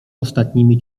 ostatnimi